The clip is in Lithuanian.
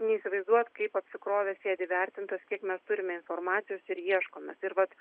neįsivaizduojat kaip apsikrovęs sėdi vertintojas kiek mes turime informacijos ir ieškom mes ir vat